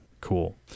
Cool